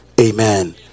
Amen